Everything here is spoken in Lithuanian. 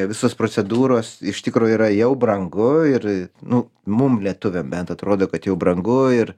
visos procedūros iš tikro yra jau brangu ir nu mum lietuviam bent atrodo kad jau brangu ir